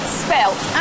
spelt